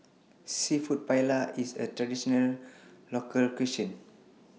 Seafood Paella IS A Traditional Local Cuisine